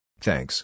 Thanks